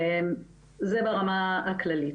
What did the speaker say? זה ברמה הכללית.